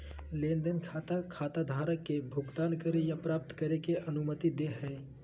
लेन देन खाता खाताधारक के भुगतान करे या प्राप्त करे के अनुमति दे हइ